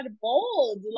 bold